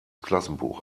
klassenbuch